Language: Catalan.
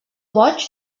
boig